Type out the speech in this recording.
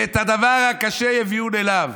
ו"את הדבר הקשה יביאון" אליו.